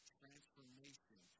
transformation